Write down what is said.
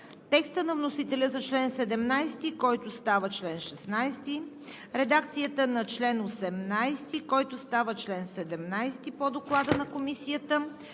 текста на вносителя за чл. 17, който става чл. 16; редакцията на чл. 18, който става чл. 17 по Доклада на Комисията;